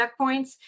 checkpoints